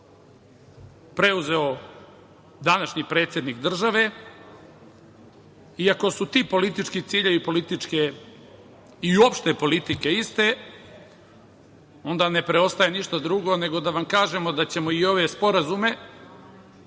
preuzeo današnji predsednik države, iako su ti politički ciljevi i političke i uopšte politike iste, onda ne preostaje ništa drugo nego da vam kažemo da ćemo i ove sporazume